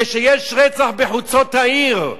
כשיש רצח בחוצות העיר,